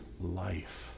life